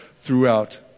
throughout